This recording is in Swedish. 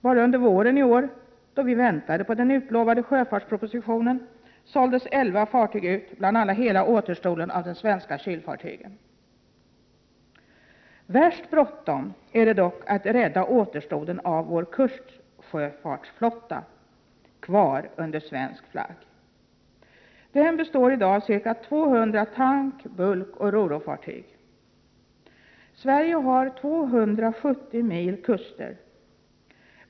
Bara under våren i år, då vi väntade på den utlovade sjöfartspropositionen, såldes elva fartyg ut, bl.a. hela återstoden av de svenska kylfartygen. Mest bråttom är det dock när det gäller att rädda återstoden av vår kustsjöfartsflotta kvar under svensk flagg. Den består i dag av ca 200 tank-, bulkoch rorofartyg. Sverige har 270 mil kuster.